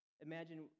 Imagine